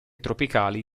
tropicali